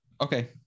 Okay